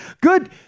good